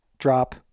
drop